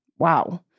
wow